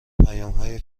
پیامهای